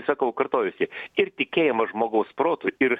sakau kartojasi ir tikėjimas žmogaus protu ir